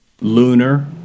Lunar